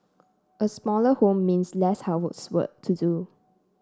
a smaller home means less housework to do